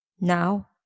now